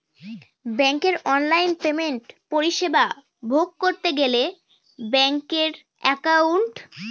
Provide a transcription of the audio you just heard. ব্যাঙ্কের অনলাইন পেমেন্টের পরিষেবা ভোগ করতে লাগে ব্যাঙ্কের একাউন্ট